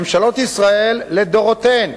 ממשלות ישראל, לדורותיהן,